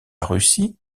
russie